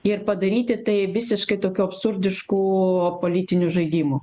ir padaryti tai visiškai tokiu absurdišku politiniu žaidimu